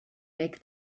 make